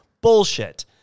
Bullshit